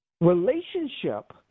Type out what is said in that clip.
relationship